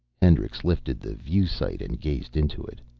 hendricks lifted the view sight and gazed into it.